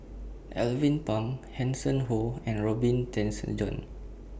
Alvin Pang Hanson Ho and Robin Tessensohn